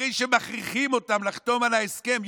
אחרי שמכריחים אותם לחתום על ההסכם,